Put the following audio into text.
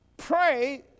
Pray